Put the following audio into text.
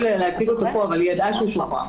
להציג אותו פה אבל היא ידעה שהוא שוחרר.